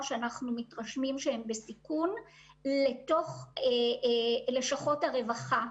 שאנחנו מתרשמים שהם בסיכון לתוך לשכות הרווחה.